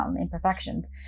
imperfections